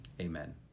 Amen